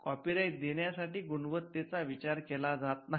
copy right देण्यासाठी गुणवत्तेचा विचार केला जात नाही